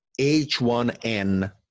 H1N